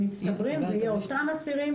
למחרת,